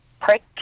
prick